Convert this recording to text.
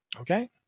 Okay